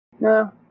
No